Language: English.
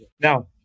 Now